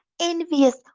envious